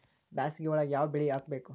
ಬ್ಯಾಸಗಿ ಒಳಗ ಯಾವ ಬೆಳಿ ಹಾಕಬೇಕು?